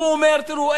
הוא אומר: תראו,